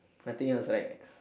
nothing else right